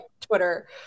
Twitter